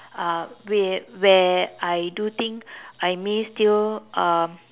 uh where where I do think I may still um